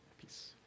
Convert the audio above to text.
peace